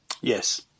Yes